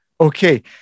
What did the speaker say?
Okay